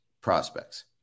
prospects